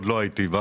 עוד לא הייתי שם.